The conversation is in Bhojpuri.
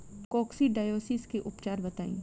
कोक्सीडायोसिस के उपचार बताई?